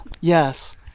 yes